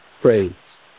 PRAISE